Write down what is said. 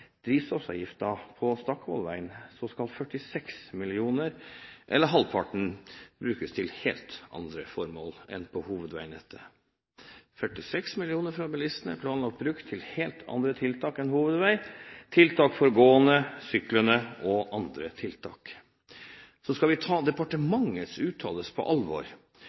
denne drivstoffavgiften på Stakkevollvegen, skal 46 mill. kr, eller halvparten, brukes til helt andre formål enn på hovedveinettet. 46 mill. kr fra bilistene er planlagt brukt til helt andre tiltak enn hovedvei, tiltak for gående, syklende og andre tiltak. Så skal vi ta departementets uttalelser på alvor,